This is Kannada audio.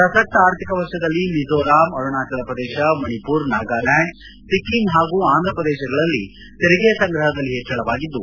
ಪ್ರಸಕ್ತ ಆರ್ಥಿಕ ವರ್ಷದಲ್ಲಿ ಮಿಜೋರಾಂ ಅರುಣಾಚಲಪ್ರದೇಶ ಮಣಿಪುರ್ ನಾಗಾಲ್ನಾಂಡ್ ಸ್ಕಿಂ ಹಾಗೂ ಆಂದ್ರಪ್ರದೇಶಗಳಲ್ಲಿ ತೆರಿಗೆ ಸಂಗ್ರಹದಲ್ಲಿ ಹೆಚ್ಚಳವಾಗಿದ್ದು